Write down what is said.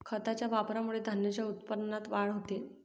खताच्या वापराने धान्याच्या उत्पन्नात वाढ होते